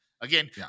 Again